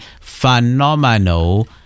phenomenal